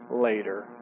later